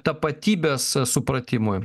tapatybės supratimui